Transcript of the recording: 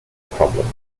problems